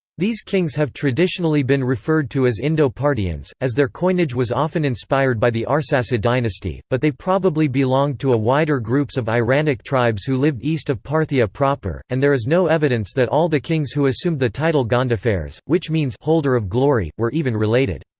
these kings have traditionally been referred to as indo-parthians, as their coinage was often inspired by the arsacid dynasty, but they probably belonged to a wider groups of iranic tribes who lived east of parthia proper, and there is no evidence that all the kings who assumed the title gondophares, which means holder of glory, were even related.